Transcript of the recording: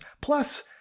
plus